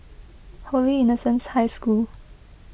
Holy Innocents' High School